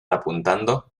apuntando